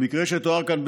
במקרה שתואר כאן,